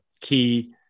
Key